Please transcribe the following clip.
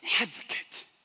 advocate